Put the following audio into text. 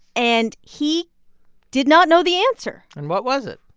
and he did not know the answer and what was it?